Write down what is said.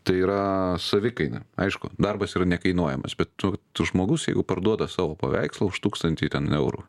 tai yra savikaina aišku darbas yra nekainuojamas bet tu tu žmogus jeigu parduoda savo paveikslą už tūkstantį ten eurų